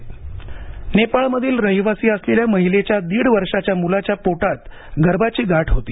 अवघड शस्त्रक्रिया नेपाळमधील रहिवासी असलेल्या महिलेच्या दीड वर्षाच्या मुलाच्या पोटात गर्भाची गाठ होती